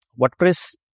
WordPress